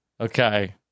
Okay